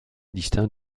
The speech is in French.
distinct